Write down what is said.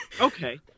okay